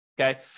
okay